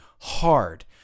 hard